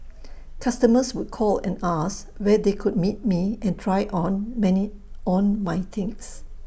customers would call and ask where they could meet me and try on many on my things